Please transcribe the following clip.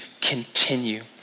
continue